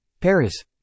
Paris